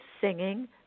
singing